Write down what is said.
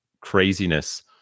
craziness